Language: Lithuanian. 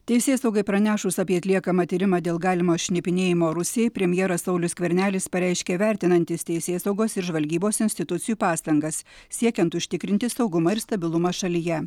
teisėsaugai pranešus apie atliekamą tyrimą dėl galimo šnipinėjimo rusijai premjeras saulius skvernelis pareiškė vertinantis teisėsaugos ir žvalgybos institucijų pastangas siekiant užtikrinti saugumą ir stabilumą šalyje